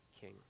king